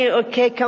okay